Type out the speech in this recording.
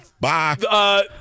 Bye